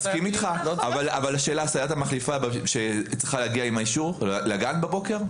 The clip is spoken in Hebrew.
מסכים איתך אבל הסייעת המחליפה צריכה להגיע עם האישור לגן בבוקר?